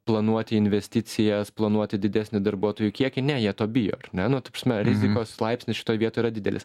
planuoti investicijas planuoti didesnį darbuotojų kiekį ne jie to bijo ne nu ta prasme rizikos laipsnis šitoj vietoj yra didelis